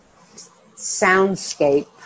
soundscape